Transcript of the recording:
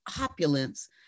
opulence